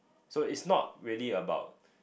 so is not really about